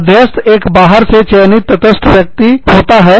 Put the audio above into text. मध्यस्थएक बाहर से चयनित तटस्थ व्यक्ति होता है